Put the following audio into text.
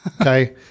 Okay